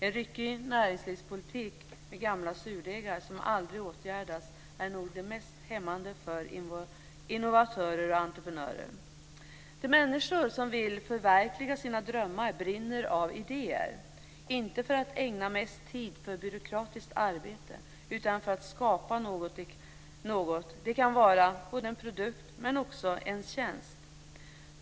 En ryckig näringslivspolitik med gamla surdegar som aldrig åtgärdas är nog det mest hämmande för innovatörer och entreprenörer. De människor som vill förverkliga sina drömmar brinner av idéer, men idéerna är inte för att ägna mest tid för byråkratiskt arbete utan för att skapa något. Det kan vara en produkt men också en tjänst.